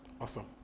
awesome